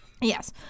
Yes